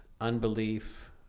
unbelief